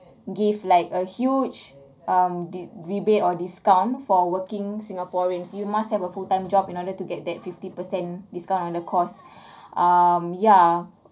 give like a huge um d~ rebate or discount for working singaporeans you must have a full time job in order to get that fifty percent discount on the course um ya